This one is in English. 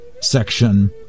section